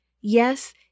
Yes